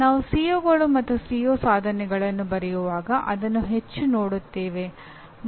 ನಾವು COಗಳು ಮತ್ತು CO ಸಾಧನೆಗಳನ್ನು ಬರೆಯುವಾಗ ಅದನ್ನು ಹೆಚ್ಚು ನೋಡುತ್ತೇವೆ